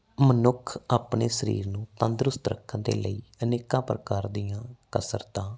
ਮਨੁੱਖ ਆਪਣੇ ਸਰੀਰ ਨੂੰ ਤੰਦਰੁਸਤ ਰੱਖਣ ਦੇ ਲਈ ਅਨੇਕਾਂ ਪ੍ਰਕਾਰ ਦੀਆਂ ਕਸਰਤਾਂ